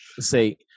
say